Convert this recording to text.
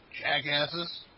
jackasses